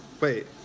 Wait